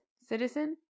citizen